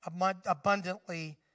abundantly